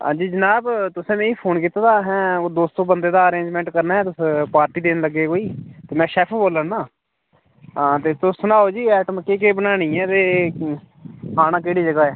हांजी जनाब तुसें मी फोन कीते दा अहें ओ दो सौ बंदे दा अरेंजमैंट करना ऐ तुस पार्टी देन लग्गे कोई ते में शैफ्फ बोल्लै ना हां तुस एह् सनाओ जी आइटम केह् केह् बनानी ऐ ते आना केह्ड़ी जगह् ऐ